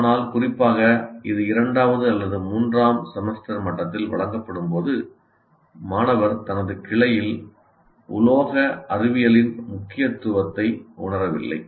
ஆனால் குறிப்பாக இது இரண்டாவது அல்லது மூன்றாம் செமஸ்டர் மட்டத்தில் வழங்கப்படும் போது மாணவர் தனது கிளையில் உலோக அறிவியலின் முக்கியத்துவத்தை உணரவில்லை